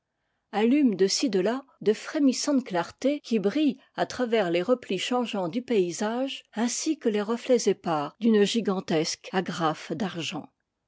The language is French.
allument de-ci de-là de frémissantes clartés qui brillent à travers les replis changeants du paysage ainsi que les reflets épars d'une gigantesque agrafe